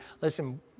Listen